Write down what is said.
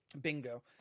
Bingo